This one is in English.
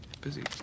Busy